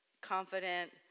confident